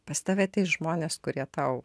pas tave ateis žmonės kurie tau